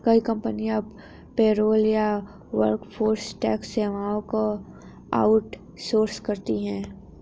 कई कंपनियां पेरोल या वर्कफोर्स टैक्स सेवाओं को आउट सोर्स करती है